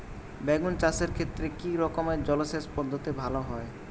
বেগুন চাষের ক্ষেত্রে কি রকমের জলসেচ পদ্ধতি ভালো হয়?